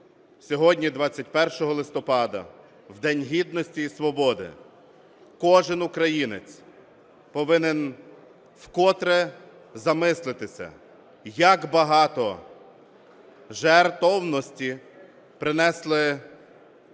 Сьогодні, 21 листопада, в День Гідності і Свободи кожен українець повинен вкотре замислитися, як багато жертовності принесли на